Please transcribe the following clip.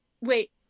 Wait